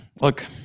look